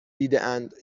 دیدهاند